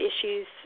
issues